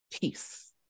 peace